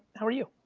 how are you?